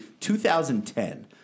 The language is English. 2010